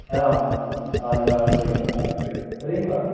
ஆமாம் ஆமாம் அது தான் அனுப்பிச்சு வைங்க நாங்கள் அனுப்பிச்சு வைக்கிறோம் சரிங்களா